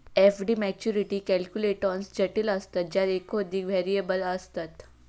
FD maturity calculations जटिल असतत ज्यात एकोधिक व्हेरिएबल्स असतत